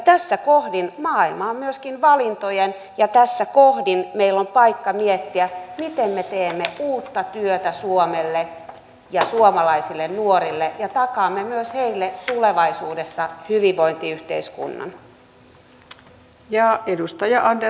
tässä kohdin maailma on myöskin valintoja ja tässä kohdin meillä on paikka miettiä miten me teemme uutta työtä suomelle ja suomalaisille nuorille ja takaamme myös heille tulevaisuudessa hyvinvointiyhteiskunnan